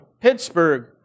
Pittsburgh